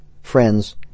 Friends